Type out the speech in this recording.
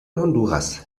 honduras